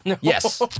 Yes